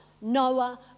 Noah